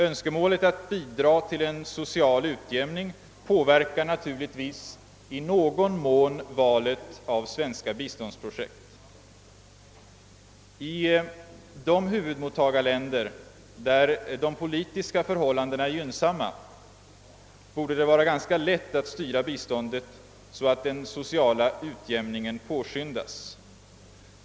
Önskemålet att bidra till en social utjämning påverkar naturligtvis i någon mån valet av svenska biståndsprojekt. I de huvudmottagarländer där de politiska förhållandena är gynnsamma borde det vara ganska lätt att styra biståndet så att den sociala utjämningen påskyndas.